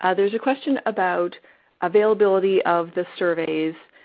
ah there's a question about availability of the surveys